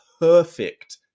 perfect